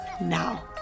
now